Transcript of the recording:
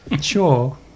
Sure